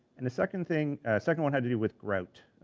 and the second thing, a second one had to do with grout.